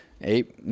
eight